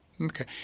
Okay